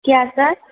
क्या सर